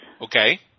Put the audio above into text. Okay